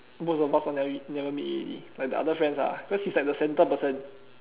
most of us all never never meet already like the other friends ah because he is the centre person